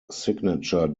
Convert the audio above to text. signature